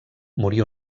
morí